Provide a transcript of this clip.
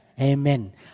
Amen